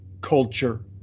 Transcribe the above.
culture